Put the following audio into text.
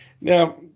Now